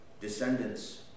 descendants